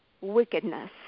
wickedness